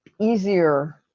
easier